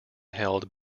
held